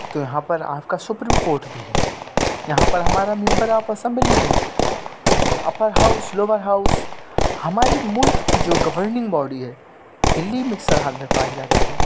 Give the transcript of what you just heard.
تو یہاں پر آپ کا سپریم کورٹ بھی ہے یہاں پر ہمارا ممبر آف اسمبلی میں اپر ہاؤس لوور ہاؤس ہمارے ملک کی جو گورننگ باڈی ہے دلی میں میں پائی جاتی ہے